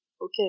okay